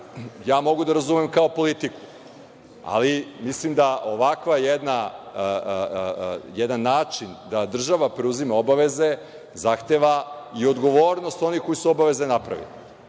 ja mogu da razumem kao politiku, ali mislim da ovakav jedan način da država preuzima obaveze zahteva i odgovornost onih koji su obaveze napravili.